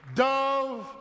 dove